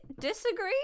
disagree